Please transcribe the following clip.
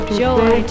joy